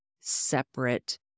separate